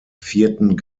vierten